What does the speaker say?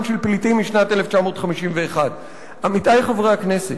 של פליטים משנת 1951. עמיתי חברי הכנסת,